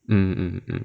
mm mm mm